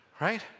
Right